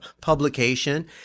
publication